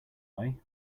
way